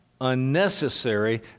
unnecessary